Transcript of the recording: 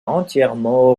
entièrement